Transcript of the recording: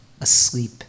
asleep